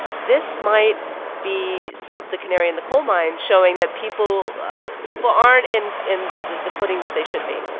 this might be so the canary in the coal mine showing that people ah people aren't in in the the footing that they should be